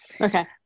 okay